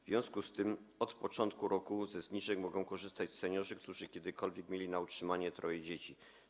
W związku z tym od początku roku ze zniżek mogą korzystać seniorzy, którzy kiedykolwiek mieli na utrzymaniu troje dzieci.